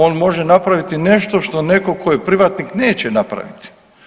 On može napraviti nešto što netko tko je privatnik neće napraviti.